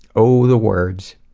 oh, the words.